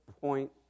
point